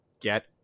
Get